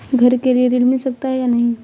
घर के लिए ऋण मिल सकता है या नहीं?